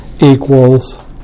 equals